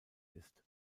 ist